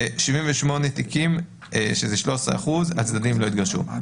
ב-78 תיקים, שזה 3%, הצדדים לא התגרשו.